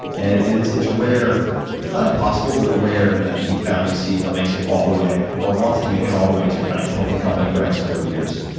and and it's it's rare not impossible, but rare that the founding ceo makes it all the way, or wants to make it all the way to running a public company for x number of years.